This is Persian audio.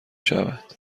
شود